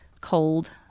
cold